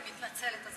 אני מתנצלת.